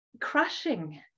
crushing